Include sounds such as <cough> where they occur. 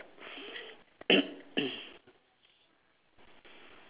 <coughs>